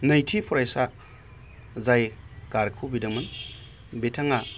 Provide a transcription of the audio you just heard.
नैथि फरायसा जाय कारखौ बिदोंमोन बिथाङा